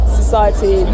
society